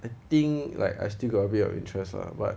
I think like I still got a bit of interest lah but